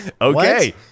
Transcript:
Okay